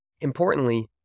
Importantly